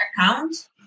account